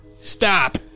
Stop